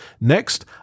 Next